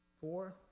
Four